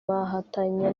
bahatanye